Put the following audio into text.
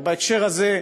בהקשר הזה,